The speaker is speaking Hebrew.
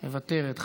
מוותרת,